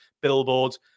billboards